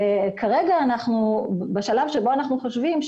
כרגע אנחנו בשלב בו אנחנו חושבים,